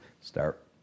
start